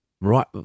right